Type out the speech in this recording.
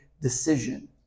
decision